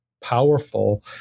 powerful